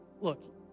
look